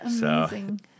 Amazing